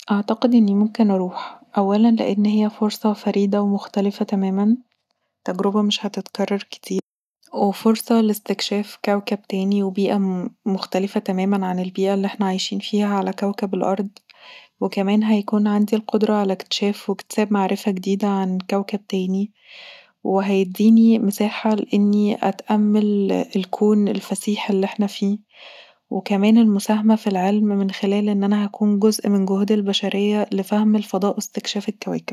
اعتقد اني ممكن اروح، اولا لان هي فرصة فريده ومختلفه تماما، تجربة مش هتتكرر كتير وفرصة لإستكشاف كوكب تاني وبيئه مختلفه تماما عن البيئه اللي احنا عايشين فيها علي كوكب الارض وكمان هيكون عندي القدره علي اكتشاف واكتساب معرفه جديده عن كوكب تاني، وهيديني مساحه لاني اتأمل الكون الفسيح اللي احنا فيه وكمان المساهمه في العلم من خلال ان انا هكون جزء من جهد البشرية في فهم الفضاء واستكشاف الكواكب